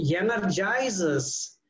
energizes